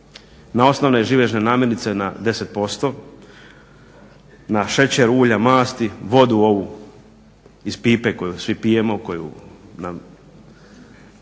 na osnovne živežne namirnice na 10%, na šećer, ulja, masti, vodu ovu iz pipe koju svi pijemo, koju nam